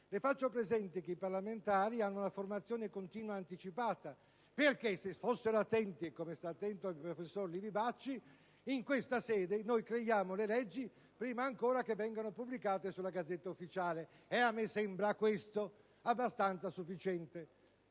le faccio presente che i parlamentari hanno una formazione continua anticipata perché, se fossero attenti, come sta attento il professor Livi Bacci, in questa sede creiamo le leggi prima ancora che siano pubblicate sulla *Gazzetta Ufficiale*. E a me sembra questo abbastanza sufficiente.